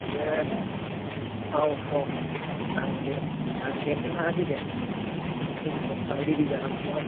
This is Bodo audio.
दे नों औ औ आं दे आं देलायना थानोसै दे नों फैदोल' आङो रेडि जानानै थाखाबाय